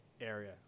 area